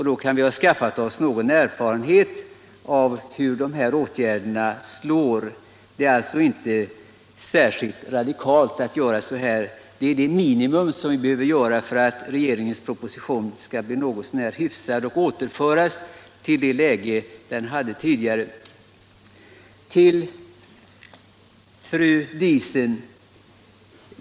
Då kan vi ha skaffat oss någon erfarenhet av hur dessa åtgärder slår. Det gäller alltså inte särskilt radikala saker, det gäller ett minimum som vi behöver göra för att regeringens proposition skall bli något så när hyfsad och återföras till det läge som Lars Ags utredning redovisade.